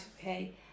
okay